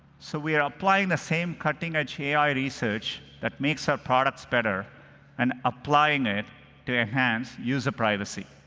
so we are applying the same cutting edge ai research that makes our products better and applying it to enhance user privacy.